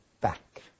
back